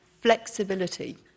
flexibility